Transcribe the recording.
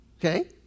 Okay